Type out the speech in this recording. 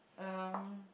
um